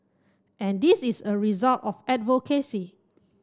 and this is a result of advocacy